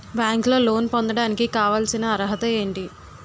బ్యాంకులో లోన్ పొందడానికి కావాల్సిన అర్హత ఏంటి?